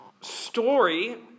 story